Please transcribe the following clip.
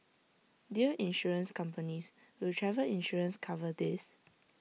Dear Insurance companies will travel insurance cover this